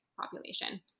population